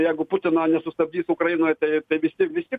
jeigu putino nesustabdys ukrainoje tai visi visi